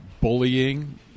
bullying